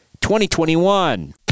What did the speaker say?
2021